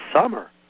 summer